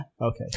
Okay